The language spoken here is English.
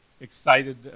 Excited